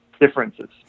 differences